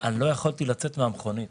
אני לא יכולתי לצאת מהמכונית.